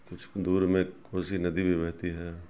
کچھ دور میں کوسی ندی بھی بہتی ہے